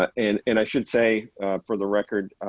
and and i should say for the record.